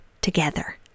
together